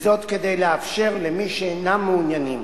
וזאת כדי לאפשר למי שאינם מעוניינים